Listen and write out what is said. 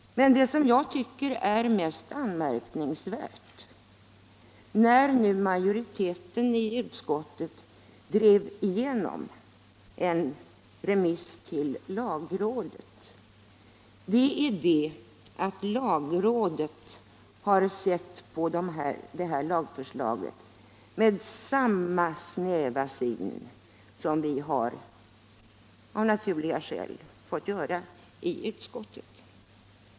Men det som jag finner mest anmärkningsvärt, när nu majoriteten i utskottet drev igenom en remiss till lagrådet, är att lagrådet har sett på det här lagförslaget med samma snäva syn som vi av naturliga skäl har fått göra i utskottet.